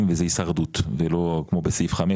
וזאת הישרדות ולא כמו בסעיף (5),